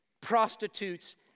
prostitutes